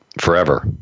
forever